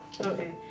Okay